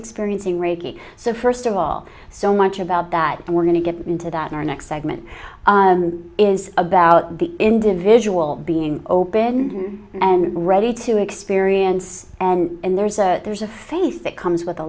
experiencing reiki so first of all so much about that and we're going to get into that in our next segment is about the individual being open and ready to experience and there's a there's a face that comes with a